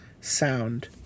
Sound